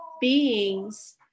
beings